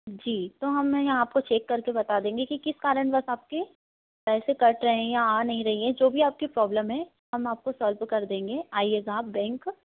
जी तो हम यहाँ आपको चेक कर के बता देंगे कि किस कारणवश आपके पैसे कट रहे हैं या आ नहीं रहे हैं जो भी आपकी प्रॉब्लम है हम आपको सॉल्व कर देंगे आइएगा आप बैंक